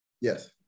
Yes